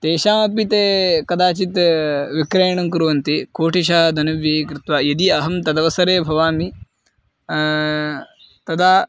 तेषामपि ते कदाचित् विक्रयणं कुर्वन्ति कोटिशः धनव्ययं कृत्वा यदि अहं तदवसरे भवामि तदा